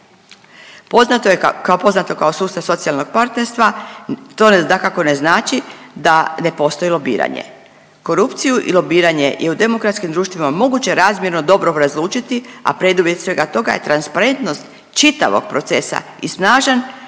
poznato kao sustav socijalnog partnerstva, to dakako ne znači da ne postoji lobiranje. Korupciju i lobiranje i u demokratskim društvima moguće je razmjerno dobro razlučiti, a preduvjet svega toga je transparentnost čitavog procesa i snažan